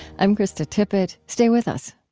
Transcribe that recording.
i'm krista tippett. stay with us